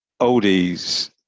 Oldies